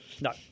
No